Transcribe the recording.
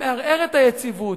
שמערער את היציבות.